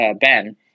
Ben